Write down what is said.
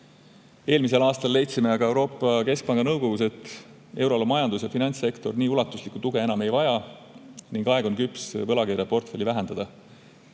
Eelmisel aastal leidsime aga Euroopa Keskpanga nõukogus, et euroala majandus ja finantssektor nii ulatuslikku tuge enam ei vaja ning aeg on küps võlakirjaportfelli vähendada.